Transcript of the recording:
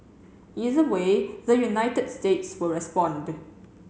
either way the United States will respond